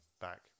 back